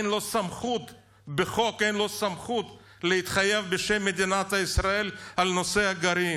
אין לו סמכות בחוק להתחייב בשם מדינת ישראל על נושא הגרעין.